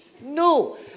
no